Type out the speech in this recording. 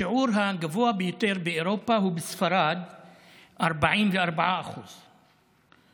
השיעור הגבוה ביותר באירופה הוא בספרד44% .